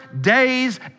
days